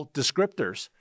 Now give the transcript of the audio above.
descriptors